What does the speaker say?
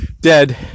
dead